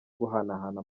guhanahana